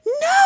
no